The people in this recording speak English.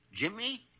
Jimmy